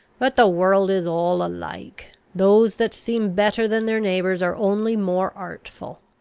but the world is all alike. those that seem better than their neighbours, are only more artful.